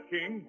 King